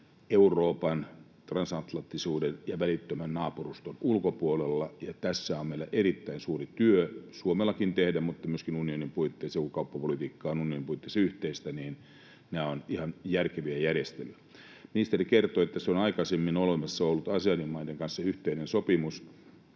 Euroopan, transatlanttisuuden ja välittömän naapuruston ulkopuolella. Ja tässä on meillä erittäin suuri työ tehtävänä, Suomellakin mutta myöskin unionin puitteissa, ja kun kauppapolitiikka on unionin puitteissa yhteistä, niin nämä ovat ihan järkeviä järjestelyjä. Ministeri kertoi, että tässä on aikaisemmin ollut olemassa Aseanin maiden kanssa yhteinen sopimus,